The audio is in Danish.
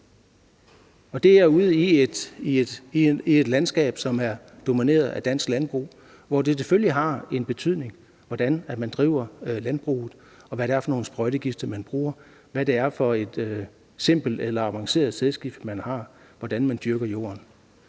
det er ude i et landskab, som er domineret af dansk landbrug, hvor det selvfølgelig har en betydning, hvordan man driver landbruget, hvad det er for nogle sprøjtegifte, man bruger, om det er et simpelt eller et avanceret sædskifte, man har, hvordan man dyrker jorden.